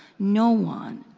no one,